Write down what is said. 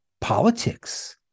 Politics